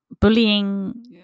bullying